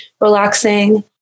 relaxing